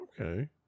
Okay